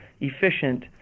efficient